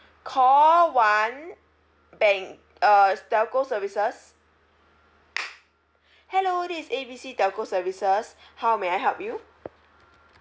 call one bank~ uh telco services hello this is A B C telco services how may I help you